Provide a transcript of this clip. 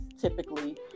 typically